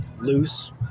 loose